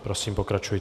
Prosím pokračujte.